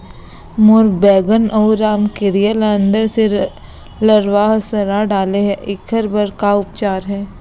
मोर बैगन अऊ रमकेरिया ल अंदर से लरवा ह सड़ा डाले हे, एखर बर का उपचार हे?